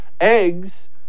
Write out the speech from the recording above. Eggs